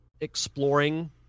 exploring